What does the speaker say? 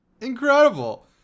Incredible